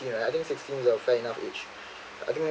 right I think sixteen is a fine enough age I think